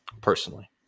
Personally